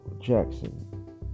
Jackson